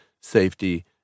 safety